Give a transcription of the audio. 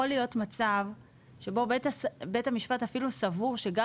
יכול להיות מצב שבו בית המשפט אפילו סבור שגם